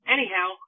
Anyhow